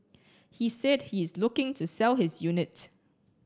he said he is looking to sell his unit